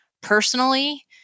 personally